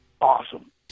Awesome